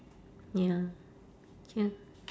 ya true